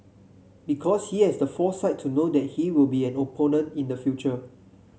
because he has the foresight to know that he will be an opponent in the future